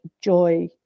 joy